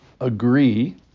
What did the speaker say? agree